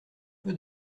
peu